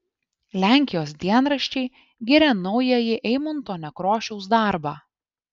lenkijos dienraščiai giria naująjį eimunto nekrošiaus darbą